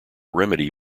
remedy